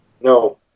No